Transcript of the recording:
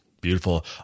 Beautiful